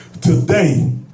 Today